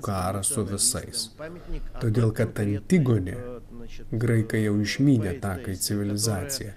karas su visais todėl kad antigonė graikai jau išmynę taką į civilizaciją